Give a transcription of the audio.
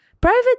private